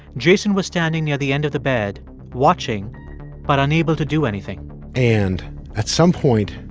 jason was standing near the end of the bed watching but unable to do anything and at some point,